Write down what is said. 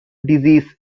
disease